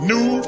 New